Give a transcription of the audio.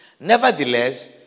Nevertheless